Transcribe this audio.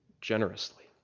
generously